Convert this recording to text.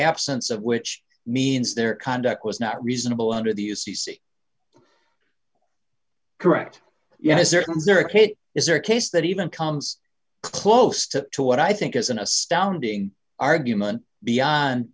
absence of which means their conduct was not reasonable under the u c c correct yes sir is there a case that even comes close to what i think is an astounding argument beyond